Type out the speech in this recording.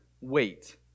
wait